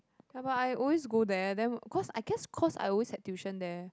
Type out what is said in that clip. ya but I always go there then cause I guess cause I always had tuition there